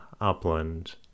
upland